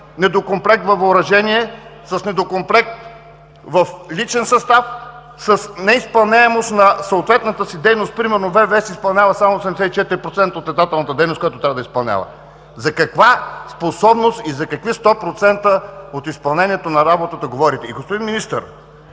недокомплект във въоръжение, с недокомплект в личен състав, с неизпълняемост на съответната си дейност. Примерно ВВС изпълняват само 74% от летателната дейност, която трябва да изпълнява. За каква способност и за какви сто процента от изпълнението на работата говорите?! Господин Министър,